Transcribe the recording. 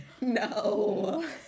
No